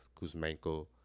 Kuzmenko